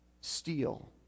steal